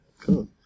Cool